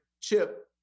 chip